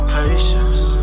patience